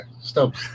stop